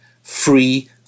free